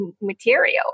material